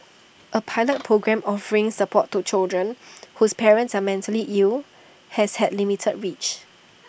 A pilot programme offering support to children whose parents are mentally ill has had limited reach